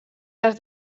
les